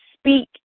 speak